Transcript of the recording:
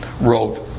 wrote